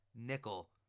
nickel